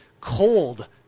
cold